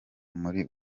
muri